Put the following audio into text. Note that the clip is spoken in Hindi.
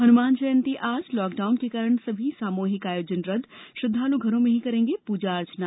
हनुमान जयंती आज लॉकडाउन के कारण सभी सामूहिक आयोजन रद्द श्रद्वालु घरों में ही करेंगे पूजा अर्चना